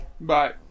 Bye